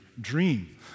dream